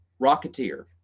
Rocketeer